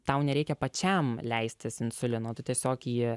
tau nereikia pačiam leistis insulino tu tiesiog jį